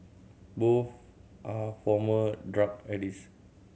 both are former drug addicts